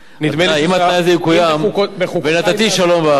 אם התנאי הזה יקוים, "ונתתי שלום בארץ".